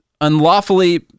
unlawfully